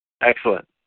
Excellent